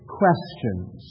questions